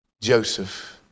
Joseph